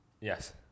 Yes